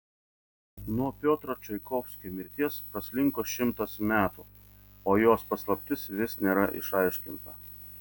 nuo piotro čaikovskio mirties praslinko šimtas metų o jos paslaptis vis nėra išaiškinta